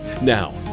Now